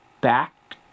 back